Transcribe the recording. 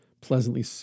pleasantly